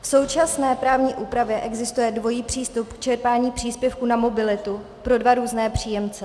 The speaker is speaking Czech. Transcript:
V současné právní úpravě existuje dvojí přístup k čerpání příspěvku na mobilitu pro dva různé příjemce.